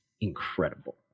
incredible